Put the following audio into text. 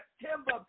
September